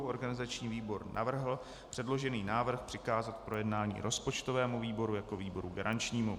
Organizační výbor navrhl předložený návrh přikázat k projednání rozpočtovému výboru jako výboru garančnímu.